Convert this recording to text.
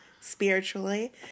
spiritually